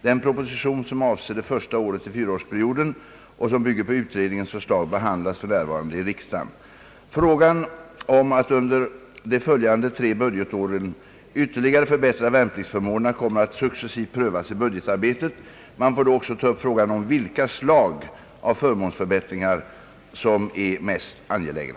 Den proposition som avser det första året i fyraårsperioden och som bygger på utredningens förslag behandlas f.n. i riksdagen. Frågan om att under de följande tre budgetåren ytterligare förbättra värnpliktsförmånerna kommer att successivt prövas i budgetarbetet. Man får då också ta upp frågan om vilka slag av förmånsförbättringar som är mest angelägna.